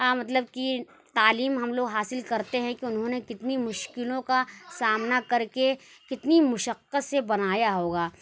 مطلب کہ تعلیم ہم لوگ حاصل کرتے ہیں کہ انہوں نے کتنی مشکلوں کا سامنا کر کے کتنی مشقت سے بنایا ہوگا